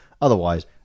otherwise